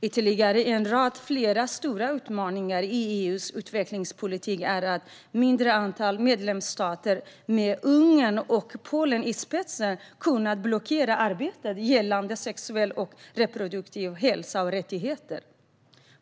Ytterligare en av flera stora utmaningar i EU:s utvecklingspolitik är att ett mindre antal medlemsstater, med Ungern och Polen i spetsen, har kunnat blockera arbetet gällande sexuell och reproduktiv hälsa och rättigheter.